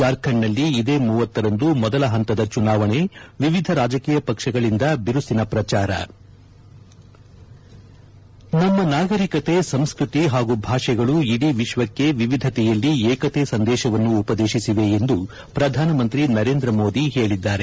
ಜಾರ್ಖಂಡ್ನಲ್ಲಿ ಇದೇ ಇಂರಂದು ಮೊದಲ ಹಂತದ ಚುನಾವಣೆ ವಿವಿಧ ರಾಜಕೀಯ ಪಕ್ಷಗಳಿಂದ ಬಿರುಸಿನ ಪ್ರಚಾರ ನಮ್ಮ ನಾಗರಿಕತೆ ಸಂಸ್ಕೃತಿ ಹಾಗೂ ಭಾಷೆಗಳು ಇಡೀ ವಿಶ್ವಕ್ಕೆ ವಿವಿಧತೆಯಲ್ಲಿ ಏಕತೆ ಸಂದೇಶವನ್ನು ಉಪದೇಶಿಸಿವೆ ಎಂದು ಪ್ರಧಾನಮಂತ್ರಿ ನರೇಂದ್ರ ಮೋದಿ ಹೇಳಿದ್ದಾರೆ